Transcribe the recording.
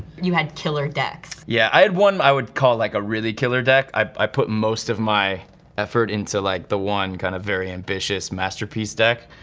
you had killer decks. yeah, i had one i would call like a really killer deck. i put most of my effort into like the one kinda kind of very ambitious masterpiece deck,